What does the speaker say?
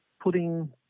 putting